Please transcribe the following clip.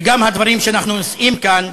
וגם הדברים שאנחנו נושאים כאן,